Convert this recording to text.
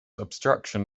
obstruction